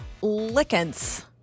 lickens